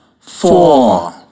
four